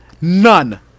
none